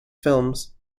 films